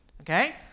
Okay